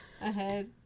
ahead